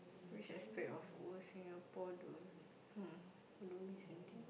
which aspect of old Singapore do you um I don't miss anything